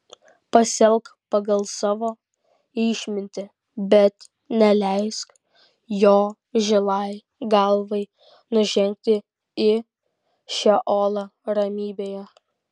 pasielk pagal savo išmintį bet neleisk jo žilai galvai nužengti į šeolą ramybėje